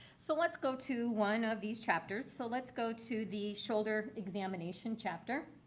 so let's go to one of these chapters. so let's go to the shoulder examination chapter.